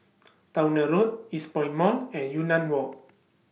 Towner Road Eastpoint Mall and Yunnan Walk